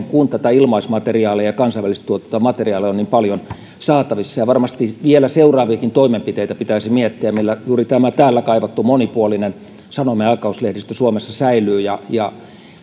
kun tätä ilmaismateriaalia ja kansainvälisesti tuotettua materiaalia on niin paljon saatavissa varmasti pitäisi miettiä vielä seuraaviakin toimenpiteitä millä juuri tämä täällä kaivattu monipuolinen sanoma ja aikakauslehdistö suomessa säilyy ja ja